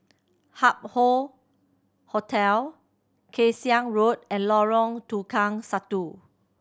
Hup Hoe Hotel Kay Siang Road and Lorong Tukang Satu